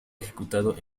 ejecutado